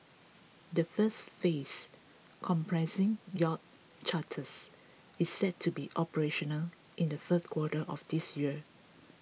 the first phase comprising yacht charters is set to be operational in the third quarter of this year